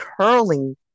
curling